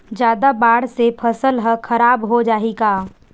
जादा बाढ़ से फसल ह खराब हो जाहि का?